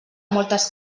moltes